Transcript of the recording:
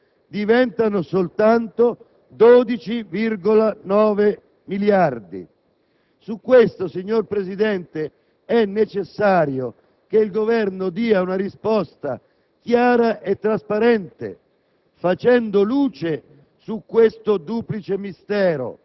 nel bilancio di assestamento in esame, diventa soltanto di 12,9 miliardi? In merito, signor Presidente, è necessario che il Governo dia una risposta chiara e trasparente,